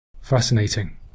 Fascinating